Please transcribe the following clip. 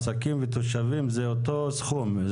עסקים ותושבים זה אותו סכום,